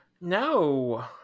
no